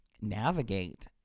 navigate